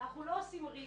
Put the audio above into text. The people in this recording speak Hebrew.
אנחנו לא עושים recall